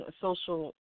social